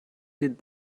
did